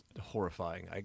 horrifying